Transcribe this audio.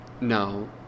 no